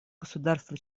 государства